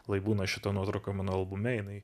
lai būna šita nuotrauka mano albume jinai